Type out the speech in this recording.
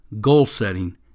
Goal-setting